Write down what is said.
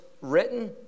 written